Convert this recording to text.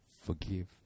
Forgive